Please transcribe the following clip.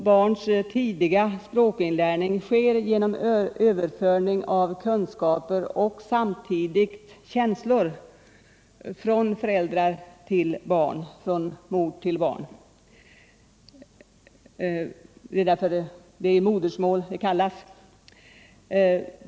Barns tidiga språkinlärning sker via överföring av kunskaper — och samtidigt känslor — från föräldrarna till barnen, främst från mor till barn. Vi talar ju om modersmål.